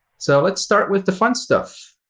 so let's start with the fun stuff.